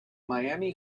miami